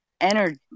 energy